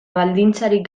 baldintzarik